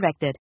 directed